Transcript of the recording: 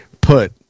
put